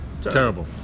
Terrible